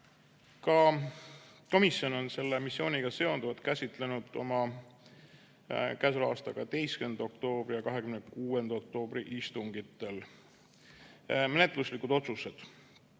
Komisjon on selle missiooniga seonduvat käsitlenud ka oma k.a 12. oktoobri ja 26. oktoobri istungitel. Menetluslikud otsused.